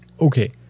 Okay